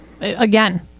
again